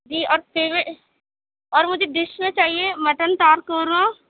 جی اور اور مجھے ڈش میں چاہیے مٹن تار قورمہ